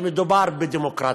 שמדובר בדמוקרטיה.